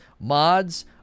mods